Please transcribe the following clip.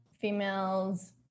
females